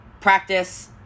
practice